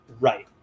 right